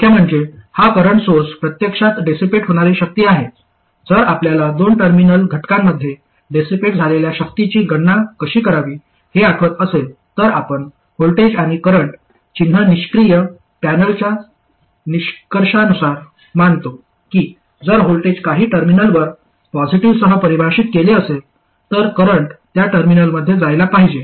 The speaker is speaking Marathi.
मुख्य म्हणजे हा करंट सोर्स प्रत्यक्षात डेसीपेट होणारी शक्ती आहे जर आपल्याला दोन टर्मिनल घटकांमध्ये डेसीपेट झालेल्या शक्तीची गणना कशी करावी हे आठवत असेल तर आपण व्होल्टेज आणि करंट चिन्ह निष्क्रिय पॅनेलच्या निष्कर्षानुसार मानतो की जर व्होल्टेज काही टर्मिनलवर पॉझिटिव्हसह परिभाषित केले असेल तर करंट त्या टर्मिनलमध्ये जायला पाहिजे